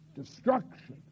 destruction